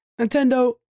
Nintendo